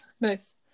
Nice